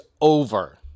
over